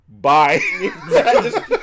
bye